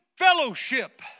fellowship